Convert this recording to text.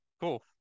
cool